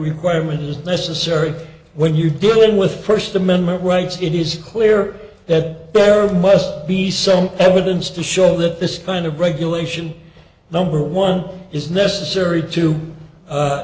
requirement is necessary when you're dealing with first amendment rights it is clear that there must be some evidence to show that this kind of regulation number one is necessary to